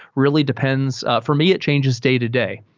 really depends. for me, it changes day-to-day.